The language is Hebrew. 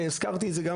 הזכרתי את זה גם